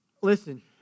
Listen